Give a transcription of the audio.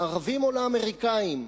לערבים או לאמריקנים,